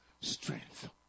strength